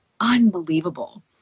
unbelievable